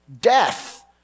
death